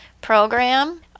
program